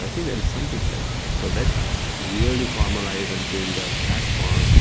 i think there is something here. so let's really formalize and build a platform